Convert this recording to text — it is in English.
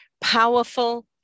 powerful